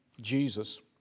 Jesus